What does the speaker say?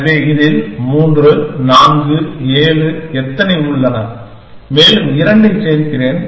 எனவே இதில் 3 4 7 எத்தனை உள்ளன மேலும் 2 ஐ சேர்க்கிறேன்